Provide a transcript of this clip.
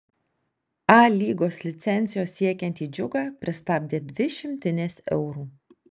a lygos licencijos siekiantį džiugą pristabdė dvi šimtinės eurų